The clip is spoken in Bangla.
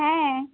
হ্যাঁ